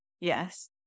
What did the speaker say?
Yes